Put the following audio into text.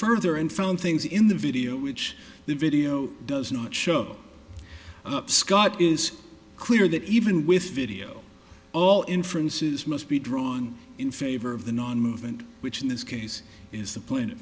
further and found things in the video which the video does not show up scott is clear that even with video all inferences must be drawn in favor of the non movement which in this case is t